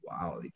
wow